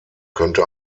könnte